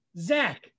Zach